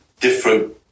different